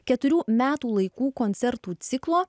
keturių metų laikų koncertų ciklo